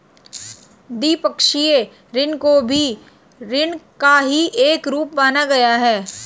द्विपक्षीय ऋण को भी ऋण का ही एक रूप माना गया है